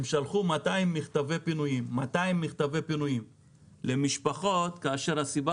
הם שלחו 200 מכתבי פינויים למשפחות כאשר הסיבה